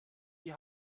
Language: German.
die